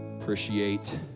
appreciate